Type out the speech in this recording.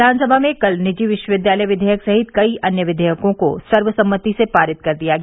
विघानसभा में कल निजी विश्वविद्यालय विधेयक सहित कई अन्य विधेयकों को सर्वसम्पत्ति से पारित कर दिया गया